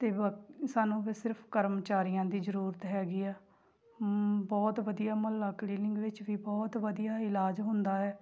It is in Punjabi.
ਅਤੇ ਬਸ ਸਾਨੂੰ ਸਿਰਫ ਕਰਮਚਾਰੀਆਂ ਦੀ ਜ਼ਰੂਰਤ ਹੈਗੀ ਐ ਬਹੁਤ ਵਧੀਆ ਮੁਹੱਲਾ ਕਲੀਨਿੰਗ ਵਿੱਚ ਵੀ ਬਹੁਤ ਵਧੀਆ ਇਲਾਜ ਹੁੰਦਾ ਹੈ